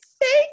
thank